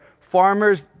farmers